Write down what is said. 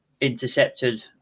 intercepted